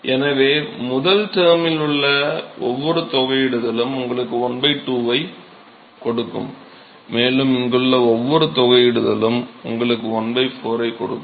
எனவே முதல் டெர்மில் உள்ள ஒவ்வொரு தொகையிடுதலும் உங்களுக்கு 1 2 ஐக் கொடுக்கும் மேலும் இங்குள்ள ஒவ்வொரு தொகையிடுதலும் உங்களுக்கு 1 4 ஐக் கொடுக்கும்